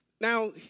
Now